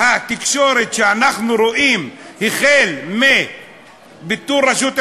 התקשורת שאנחנו רואים, החל בביטול רשות השידור,